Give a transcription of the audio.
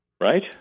right